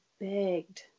begged